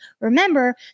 Remember